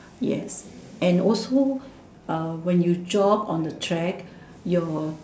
yes and also uh when you jog on the track your